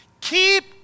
Keep